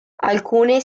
alcune